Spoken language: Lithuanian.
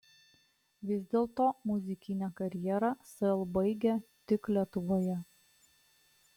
vis dėlto muzikinę karjerą sel baigia tik lietuvoje